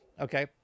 Okay